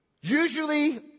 usually